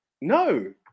No